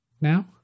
now